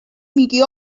میگی